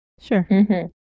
Sure